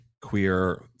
queer